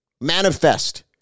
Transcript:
manifest